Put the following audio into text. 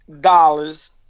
dollars